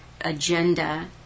agenda